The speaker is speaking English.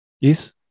Yes